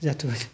जाथ'बाय